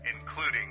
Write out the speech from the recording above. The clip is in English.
including